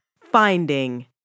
Finding